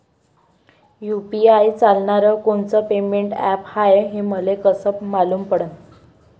UPI चालणारं कोनचं payment app हाय, हे मले कस मालूम पडन?